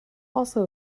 also